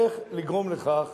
איך לגרום לכך